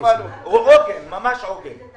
אנחנו